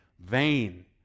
vain